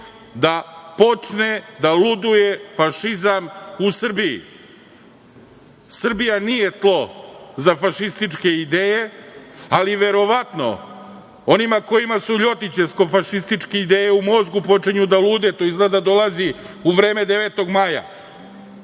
da počne da luduje fašizam u Srbiji? Srbija nije tlo za fašističke ideje, ali verovatno onima kojima su ljotićevsko-fašističke ideje u mozgu, počinju da lude, to izgleda dolazi u vreme 9. maja,